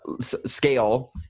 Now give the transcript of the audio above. scale